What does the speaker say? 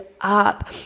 up